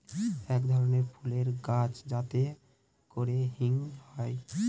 এক ধরনের ফুলের গাছ যাতে করে হিং হয়